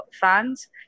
fans